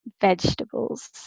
vegetables